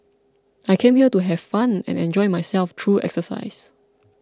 I came here to have fun and enjoy myself through exercise